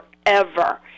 forever